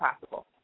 possible